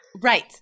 Right